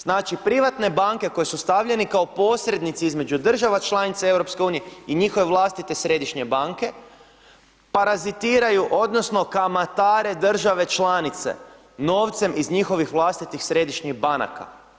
Znači privatne banke koje su stavljene kao posrednici između država članica EU i njihove vlastite središnje banke parazitiraju odnosno kamatare države članice novcem iz njihovih vlastitih središnjih banaka.